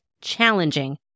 challenging